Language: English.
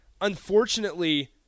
Unfortunately